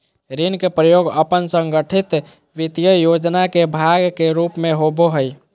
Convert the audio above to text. ऋण के प्रयोग अपन संगठित वित्तीय योजना के भाग के रूप में होबो हइ